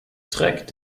trägt